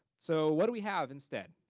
so what do we have instead?